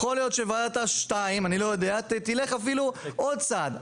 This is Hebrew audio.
יכול להיות שוועדת אש 2, תלך אפילו עוד צעד.